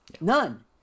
None